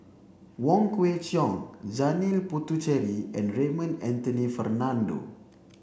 Wong Kwei Cheong Janil Puthucheary and Raymond Anthony Fernando